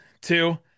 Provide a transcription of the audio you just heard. two